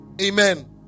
amen